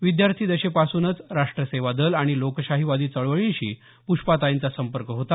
विद्यार्थीदशेपासूनच राष्ट्र सेवा दल आणि लोकशाहीवादी चळवळींशी पुष्पाताईंचा संपर्क होता